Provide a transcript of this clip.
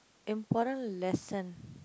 important lesson